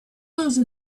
those